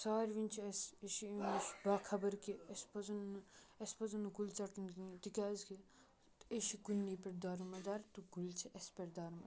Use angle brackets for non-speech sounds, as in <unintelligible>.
ساروٕنۍ چھِ أسہِ <unintelligible> باخَبَر کہ اَسہِ پَزَن نہٕ اَسہِ پَزَن نہٕ کُلۍ ژَٹٕنۍ کِہیٖنۍ تِکیاز کہِ أسۍ چھِ کُلنٕے پٮ۪ٹھ دارمَدار تہٕ کُلۍ چھِ اَسہِ پٮ۪ٹھ دارمَدار